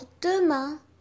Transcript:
demain